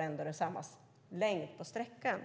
Ändå är det samma längd på sträckan.